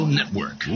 Network